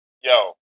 Yo